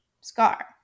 scar